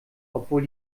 obwohl